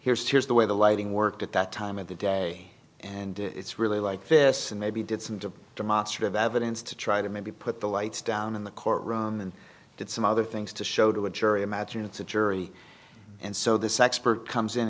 here's here's the way the lighting worked at that time of the day and it's really like this and maybe did some to demonstrative evidence to try to maybe put the lights down in the courtroom and did some other things to show to a jury imagine it's a jury and so this expert comes in